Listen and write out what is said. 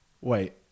Wait